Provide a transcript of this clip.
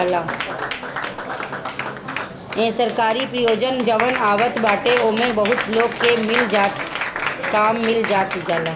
सरकारी परियोजना जवन आवत बाटे ओमे बहुते लोग के काम मिल जाला